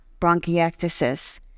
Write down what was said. bronchiectasis